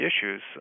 issues